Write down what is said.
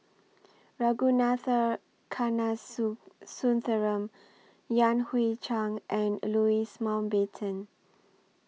Ragunathar Kanagasuntheram Yan Hui Chang and Louis Mountbatten